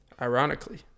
ironically